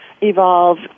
evolve